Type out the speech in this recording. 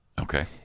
Okay